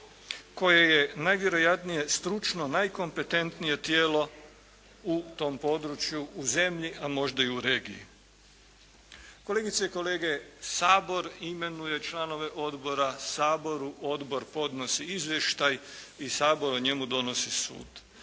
koje je najvjerojatnije stručno najkompetentnije tijelo u tom području u zemlji a možda i u regiji. Kolegice i kolege! Sabor imenuje članove odbora, Saboru odbor podnosi izvještaj i Sabor o njemu donosi sud.